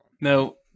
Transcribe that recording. no